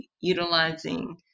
utilizing